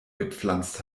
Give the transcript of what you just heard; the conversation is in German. gepflanzt